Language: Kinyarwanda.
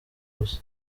gusa